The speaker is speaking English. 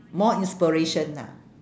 more inspiration ah